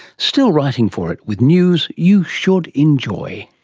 still writing for it with news you should enjoy.